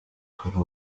kuri